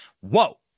whoa